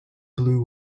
blew